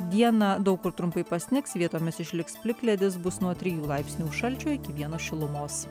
dieną daug kur trumpai pasnigs vietomis išliks plikledis bus nuo trijų laipsnių šalčio iki vieno šilumos